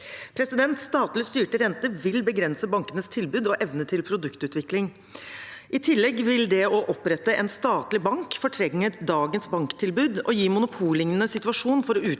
utlånsrenter. Statlig styrte renter vil begrense bankenes tilbud og evne til produktutvikling. I tillegg vil det å opprette en statlig bank fortrenge dagens banktilbud og gi en monopollignende situasjon for utlån